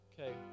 okay